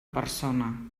persona